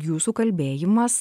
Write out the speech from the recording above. jūsų kalbėjimas